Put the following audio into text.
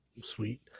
Sweet